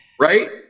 Right